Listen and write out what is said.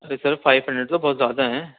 ارے sir five hundred تو بہت زیادہ ہیں